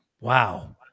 Wow